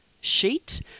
sheet